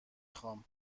خوام